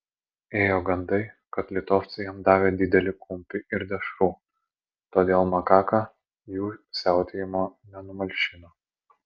ėjo gandai kad litovcai jam davė didelį kumpį ir dešrų todėl makaka jų siautėjimo nenumalšino